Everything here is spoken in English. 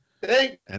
Thank